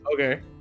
Okay